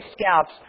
Scouts